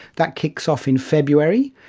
that kicks off in february,